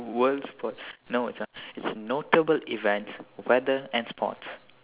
world sports no it's not it's notable events weather and sports